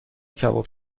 کباب